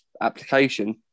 application